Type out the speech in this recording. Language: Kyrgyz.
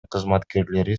кызматкерлери